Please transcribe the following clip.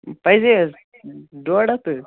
پَزے حظ ڈۄڈ ہَتھٕ